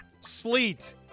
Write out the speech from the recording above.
sleet